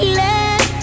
let